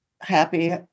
happy